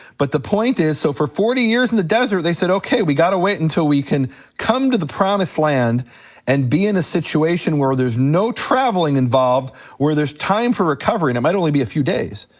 but the point is, so for forty years in the desert, they said okay, we gotta wait until we can come to the promised land and be in a situation where there's no traveling involved where there's time for recovery. and it might only be a few days,